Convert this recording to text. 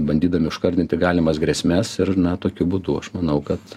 bandydami užkardinti galimas grėsmes ir na tokiu būdu aš manau kad